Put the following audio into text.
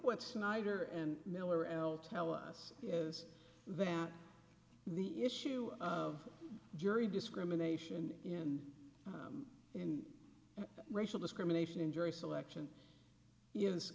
what snyder and miller l tell us is that the issue of jury discrimination in in racial discrimination in jury selection is